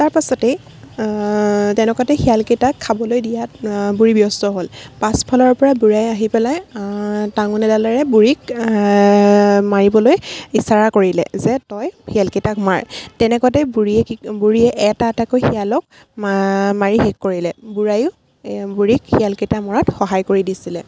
তাৰপাছতেই তেনেকুৱাতে শিয়ালকেইটাক খাবলৈ দিয়াত বুঢ়ী ব্যস্ত হ'ল পাছফালৰ পৰা বুঢ়াই আহি পেলাই টাঙোন এডালেৰে বুঢ়ীক মাৰিবলৈ ইচাৰা কৰিলে যে তই শিয়ালকেইটাক মাৰ তেনেকুৱাতে বুঢ়ীয়ে কি বুঢ়ীয়ে এটা এটা শিয়ালক মাৰি শেষ কৰিলে বুঢ়ায়ো বুঢ়ীক শিয়ালকেইটা মৰাত সহায় কৰি দিছিলে